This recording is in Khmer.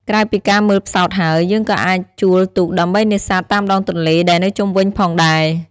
ក្រៅពីការមើលផ្សោតហើយ យើងក៏អាចជួលទូកដើម្បីនេសាទតាមដងទន្លេដែលនៅជុំវិញផងដែរ។